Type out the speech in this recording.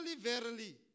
verily